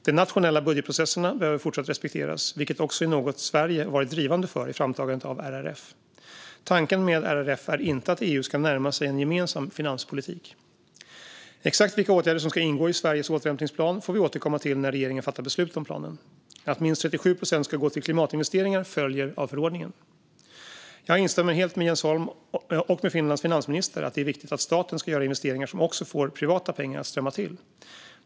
De nationella budgetprocesserna behöver fortsatt respekteras, vilket också är något Sverige har varit drivande för i framtagandet av RRF. Tanken med RRF är inte att EU ska närma sig en gemensam finanspolitik. Exakt vilka åtgärder som ska ingå i Sveriges återhämtningsplan får vi återkomma till när regeringen fattat beslut om planen. Att minst 37 procent ska gå till klimatinvesteringar följer av förordningen. Jag instämmer helt med Jens Holm och med Finlands finansminister att det är viktigt att staten ska göra investeringar som också får privata pengar att strömma till.